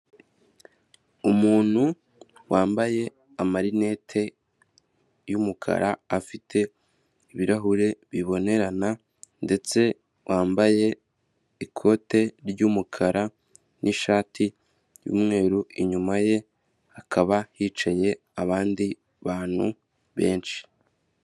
Umuntu wambaye amarinete yumukara afite ibirahure bibonerana, ndetse wambaye ikote ry'umukara nishati yumweru inyuma ye, hakaba hicaye abandi bantu benshi.